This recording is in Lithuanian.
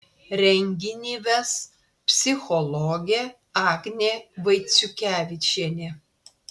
renginį ves psichologė agnė vaiciukevičienė